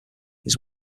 his